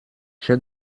j’ai